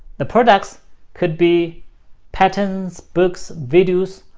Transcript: the products can be patents, books, videos,